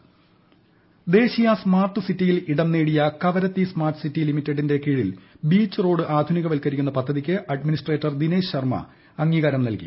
smart city ദേശീയ smart സിറ്റിയിൽ ഇടം നേടിയ കവറത്തി സ്മാർട്ട് സിറ്റി ലിമിറ്റഡിന്റെ കീഴിൽ ബീച്ച് റോഡ് ആധുനികവൽക്കരിക്കുന്ന പദ്ധതിക്ക് അഡ്മിനിസ്ട്രേറ്റർ ദിനേശു ശർമ്മ അംഗീകാരം നൽകി